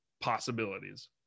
possibilities